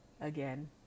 again